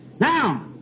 now